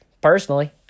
Personally